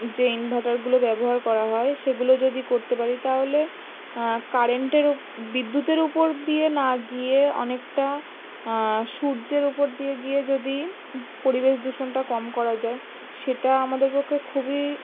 যে ইনভাটারগুলো ব্যবহার করা হয় সেগুলো যদি করতে পারি তাহলে কারেন্টের বিদ্যুতের উপর দিয়ে না গিয়ে অনেকটা সূর্যের উপর দিয়ে গিয়ে যদি পরিবেশ দূষণটা কম করা যায় সেটা আমাদের পক্ষে খুবই